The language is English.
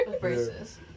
Braces